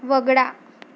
वगळा